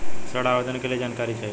ऋण आवेदन के लिए जानकारी चाही?